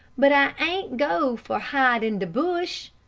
but i ain't go for hide in de bush!